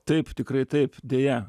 taip tikrai taip deja